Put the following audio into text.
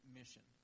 mission